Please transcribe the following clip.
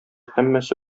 һәммәсе